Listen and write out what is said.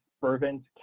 fervent